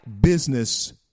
business